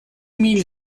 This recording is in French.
mille